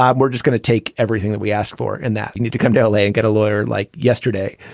um we're just gonna take everything that we asked for and that you need to come to l a. and get a lawyer like yesterday.